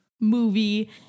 movie